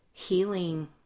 healing